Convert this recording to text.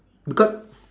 becau~